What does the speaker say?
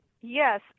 Yes